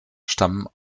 stammen